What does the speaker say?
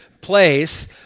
place